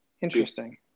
Interesting